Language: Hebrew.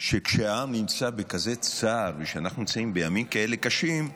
שכשהעם נמצא בכזה צער ושאנחנו נמצאים בימים כאלה קשים,